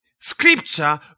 scripture